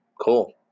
Cool